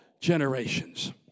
generations